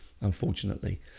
unfortunately